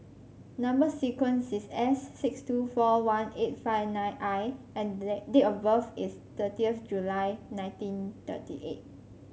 number sequence is S six two four one eight five nine I and date of birth is thirty of July nineteen thirty eight